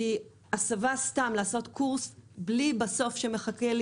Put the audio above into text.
כי הסבה סתם, לעשות קורס בלי שבסוף מחכה לי